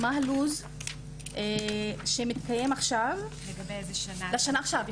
הלו"ז שמתקיים עכשיו, לשנה עכשיו.